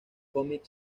cómic